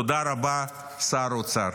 תודה רבה, שר האוצר.